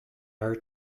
are